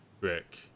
Rick